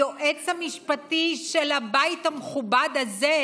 היועץ המשפטי של הבית המכובד הזה,